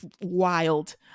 wild